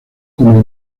como